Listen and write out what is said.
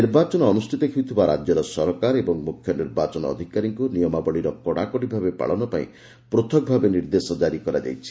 ନିର୍ବାଚନ ଅନୁଷ୍ଠିତ ହେଉଥିବା ରାଜ୍ୟର ସରକାର ଏବଂ ମୁଖ୍ୟ ନିର୍ବାଚନ ଅଧିକାରୀମାନଙ୍କୁ ନିୟମାବଳୀର କଡାକଡି ଭାବେ ପାଳନ ପାଇଁ ପୃଥକ୍ଭାବେ ନିର୍ଦ୍ଦେଶ ଜାରି କରାଯାଇଛି